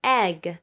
egg